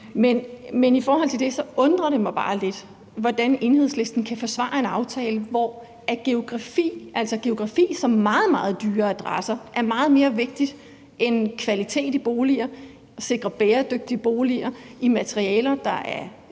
Men i forhold til det undrer det mig bare lidt, at Enhedslisten kan forsvare en aftale, hvor geografisk placering, dvs. meget, meget dyre adresser, er meget mere vigtigt end kvalitet i boliger, at sikre bæredygtige boliger i materialer, der er